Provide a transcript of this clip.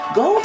Go